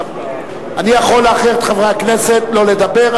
אני יכול לבקש מחברי הכנסת לא לדבר,